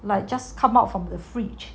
like just come out from the fridge